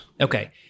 okay